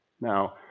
Now